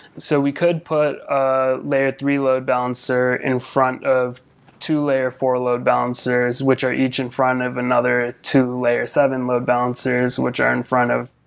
so we could put a layer three load balancer in front of two layer four load balancers, which are each in front of another two layer seven load balancers which are in front of